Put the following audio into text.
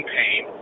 pain